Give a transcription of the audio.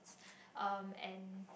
um and